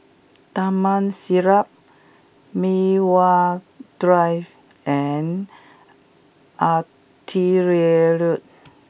Taman Siglap Mei Hwan Drive and Artillery Road